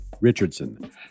Richardson